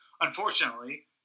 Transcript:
unfortunately